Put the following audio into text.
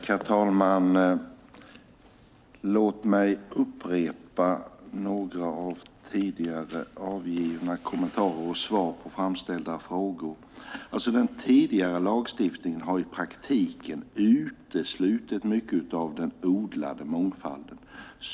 Herr talman! Låt mig upprepa några tidigare avgivna svar och kommentarer på framställda frågor. Den tidigare lagstiftningen har i praktiken uteslutit mycket av den odlade mångfalden.